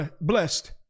blessed